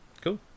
cool